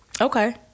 okay